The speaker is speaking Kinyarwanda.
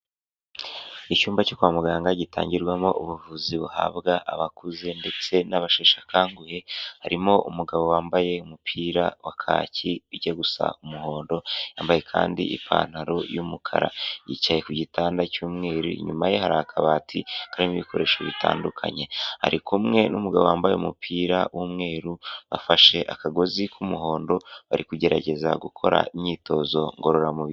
Icyumba cyo kwa muganga gitangirwamo ubuvuzi buhabwa abakuze ndetse n'abashekanguhe. Harimo umugabo wambaye umupira wa kaki ijya gusa umuhondo. Yambaye kandi ipantaro y'umukara. Yicaye ku gitanda cy'umweru. Inyuma ye hari akabati karimo ibikoresho bitandukanye. Ari kumwe n'umugabo wambaye umupira w'umweru. Afashe akagozi k'umuhondo, barikugerageza gukora imyitozo ngororamubiri.